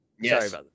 yes